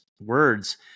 words